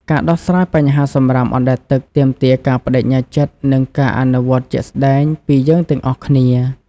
ការដោះស្រាយបញ្ហាសំរាមអណ្តែតទឹក ទាមទារការប្តេជ្ញាចិត្តនិងការអនុវត្តជាក់ស្តែងពីយើងទាំងអស់គ្នា។